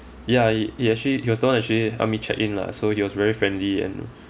ya he he actually he was the one that actually help me check in lah so he was very friendly and